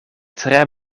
tre